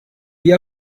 die